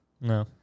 No